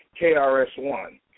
KRS-One